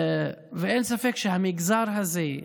אין ספק, שהמגזר הזה,